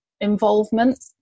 involvement